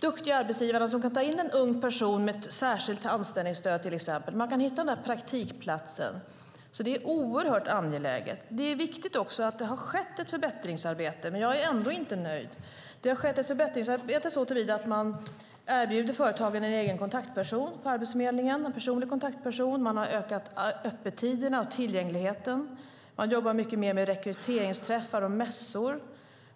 duktiga arbetsgivarna som kan ta in en ung person, till exempel med ett särskilt anställningsstöd. Man kan hitta den där praktikplatsen. Det är alltså oerhört angeläget. Det är också viktigt att det har skett ett förbättringsarbete, men jag är ändå inte nöjd. Det har skett ett förbättringsarbete såtillvida att man erbjuder företagen en egen, personlig kontaktperson på Arbetsförmedlingen. Man har ökat öppettiderna och tillgängligheten. Man jobbar mycket mer med rekryteringsträffar och mässor.